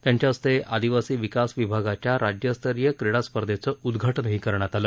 त्यांच्या हस्ते काल आदिवासी विकास विभागाच्या राज्यस्तरीय क्रीडा स्पर्धेचं उद्घाटनही करण्यात आलं